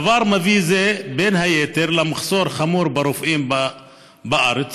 דבר זה מביא בין היתר למחסור חמור ברופאים בארץ,